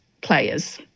players